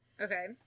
Okay